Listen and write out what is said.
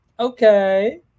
Okay